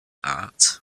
art